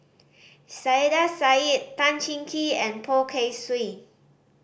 Saiedah Said Tan Cheng Kee and Poh Kay Swee